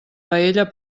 paella